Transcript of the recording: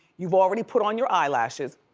you've already put on your eyelashes,